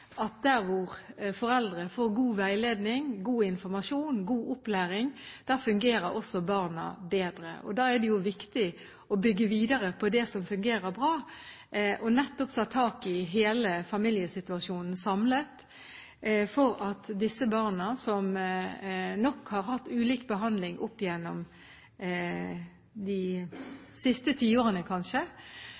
at der hvor foreldre får god veiledning, god informasjon og god opplæring, fungerer også barna bedre. Det er viktig å bygge videre på det som fungerer bra, og nettopp ta tak i hele familiesituasjonen samlet for at disse barna, som nok har hatt ulik behandling oppigjennom de siste tiårene, kanskje,